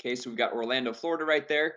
okay. so we've got orlando florida right there